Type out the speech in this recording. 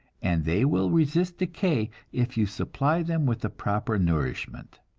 and they will resist decay if you supply them with the proper nourishment.